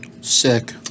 sick